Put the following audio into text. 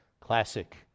classic